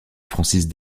francis